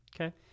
okay